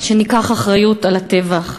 שניקח אחריות על הטבח,